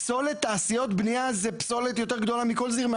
פסולת תעשיות בנייה זו פסולת יותר גדולה מכל זרמי